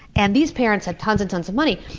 and these parents had tons and tons of money,